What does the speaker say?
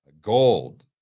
gold